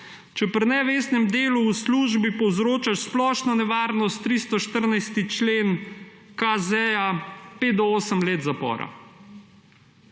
Če pri nevestnem delu v službi povzročaš splošno nevarnost, 314. člen KZ – od pet do osem let zapora.